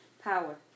power